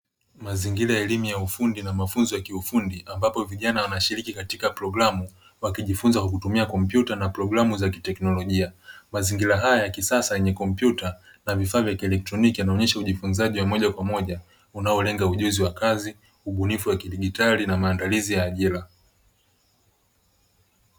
Mazingira ya elimu ya ufundi na mafunzo ya kiufundi ambapo vijana wanashiriki katika programu wakijifunza kutumia kompyuta na programu za kitekinologia ,mazingira haya ya kisasa yenye kompyuta na vifaa vya kielectroniki yanaonesha ujifunzaji wa mmoja kwa mmoja unaolenga ujuzi wa kazi ,ubunifu wa kidigitali na maandalizi ya ajira.